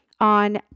on